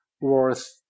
worth